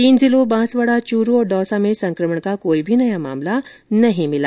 तीन जिलों बांसवाड़ा चूरू और दौसा में संकमण का कोई भी नया मामला नहीं भिला